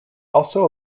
also